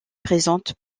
présente